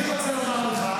אני רוצה לומר לך,